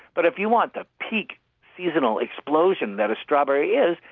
but if you want the peak seasonal explosion that a strawberry is,